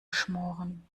schmoren